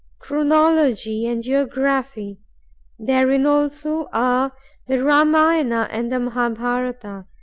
chronology, and geography therein also are the ramayana and the mahabharata,